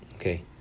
Okay